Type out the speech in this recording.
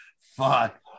fuck